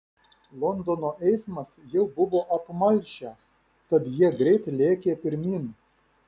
londono eismas jau buvo apmalšęs tad jie greit lėkė pirmyn